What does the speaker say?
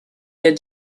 der